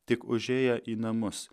tik užėję į namus